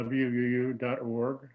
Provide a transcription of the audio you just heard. wuu.org